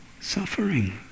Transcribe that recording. suffering